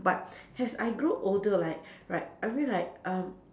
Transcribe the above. but as I grow older like right I mean like um